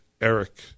Eric